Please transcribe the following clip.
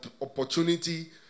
opportunity